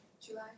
July